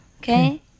okay